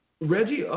Reggie